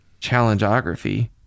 challengeography